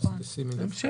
אבל אני לוקח אותו